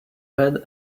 ahead